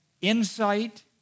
insight